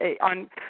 on